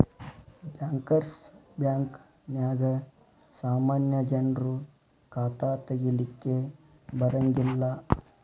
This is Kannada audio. ಬ್ಯಾಂಕರ್ಸ್ ಬ್ಯಾಂಕ ನ್ಯಾಗ ಸಾಮಾನ್ಯ ಜನ್ರು ಖಾತಾ ತಗಿಲಿಕ್ಕೆ ಬರಂಗಿಲ್ಲಾ